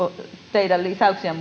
teidän takuueläkkeen lisäyksien